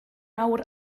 awr